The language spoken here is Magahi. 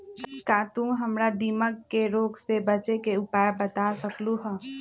का तू हमरा दीमक के रोग से बचे के उपाय बता सकलु ह?